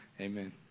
Amen